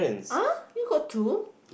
ah you got two